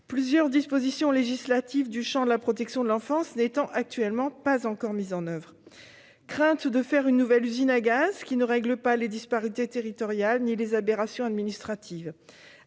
plusieurs dispositions législatives du champ de la protection de l'enfance n'étant actuellement pas encore mises en oeuvre, comme sur celui de faire une nouvelle usine à gaz, qui ne règle ni les disparités territoriales ni les aberrations administratives.